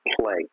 play